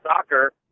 soccer